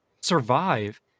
survive